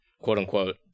Quote-unquote